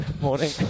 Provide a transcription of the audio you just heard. Morning